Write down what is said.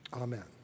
Amen